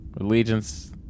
Allegiance